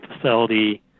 facility